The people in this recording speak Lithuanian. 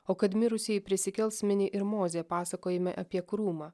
o kad mirusieji prisikels mini ir mozė pasakojime apie krūmą